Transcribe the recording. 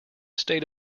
state